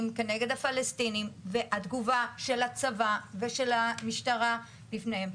כנגד הפלסטינים והתגובה של הצבא ושל המשטרה בפניהם.